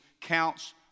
counts